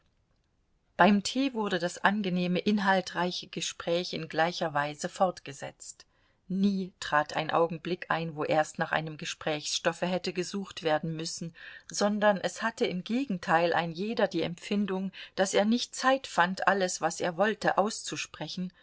beim tee wurde das angenehme inhaltreiche gespräch in gleicher weise fortgesetzt nie trat ein augenblick ein wo erst nach einem gesprächsstoffe hätte gesucht werden müssen sondern es hatte im gegenteil ein jeder die empfindung daß er nicht zeit fand alles was er wollte auszusprechen